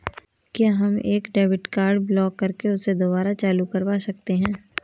क्या हम एक डेबिट कार्ड ब्लॉक करके उसे दुबारा चालू करवा सकते हैं?